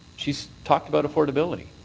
she's talked about affordability.